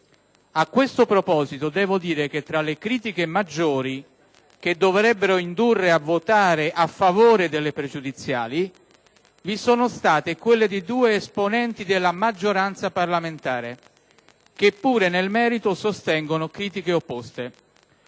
A tal proposito, devo dire che tra le critiche maggiori che dovrebbero indurre a votare a favore delle pregiudiziali, vi sono state quelle di due esponenti della maggioranza parlamentare, che pure nel merito sostengono critiche opposte.